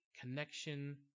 connection